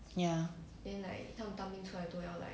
ya